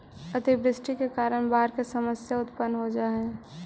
अतिवृष्टि के कारण बाढ़ के समस्या उत्पन्न हो जा हई